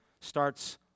starts